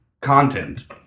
content